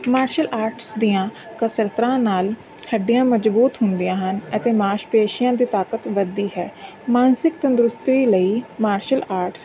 martial arts ਦੀਆਂ ਕਸਰਤਾਂ ਨਾਲ ਹੱਡੀਆਂ ਮਜ਼ਬੂਤ ਹੁੰਦੀਆਂ ਹਨ ਅਤੇ ਮਾਸਪੇਸ਼ੀਆਂ ਦੀ ਤਾਕਤ ਵਧਦੀ ਹੈ ਮਾਨਸਿਕ ਤੰਦਰੁਸਤੀ ਲਈ ਮਾਰਸ਼ਲ ਆਰਟਸ